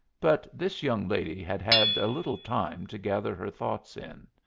but this young lady had had a little time to gather her thoughts in.